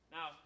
Now